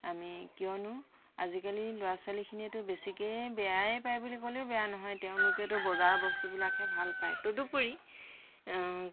আমি কিয়নো আজিকালি ল'ৰা ছোৱালীখিনিয়েতো বেছিকৈ বেয়াই পায় বুলি ক'লেও বেয়া নহয় তেওঁলোকেতো বজাৰৰ বস্তুবিলাকহে ভাল পায় তদুপৰি